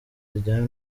zijyanye